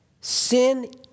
sin